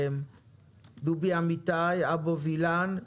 דובי אמיתי, אבו וילן,